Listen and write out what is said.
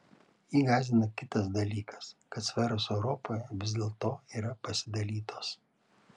jį gąsdina kitas dalykas kad sferos europoje vis dėlto yra pasidalytos